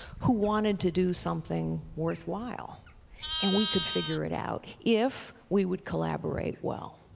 who wanted to do something worthwhile and we could figure it out, if we would collaborate well.